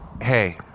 hey